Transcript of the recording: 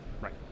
Right